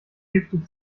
giftig